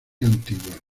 antiguas